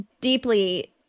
deeply